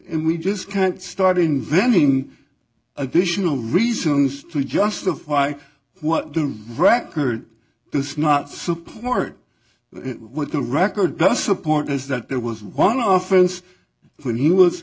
and we just can't start inventing additional reasons to justify what the record does not support it what the record does support is that there was one of our friends when he was